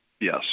Yes